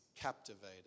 captivated